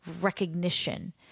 recognition